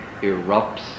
erupts